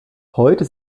heute